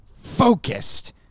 focused